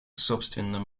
собственно